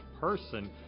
person